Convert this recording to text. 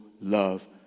love